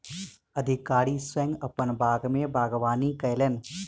अधिकारी स्वयं अपन बाग में बागवानी कयलैन